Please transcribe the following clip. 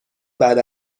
بعد